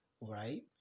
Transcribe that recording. right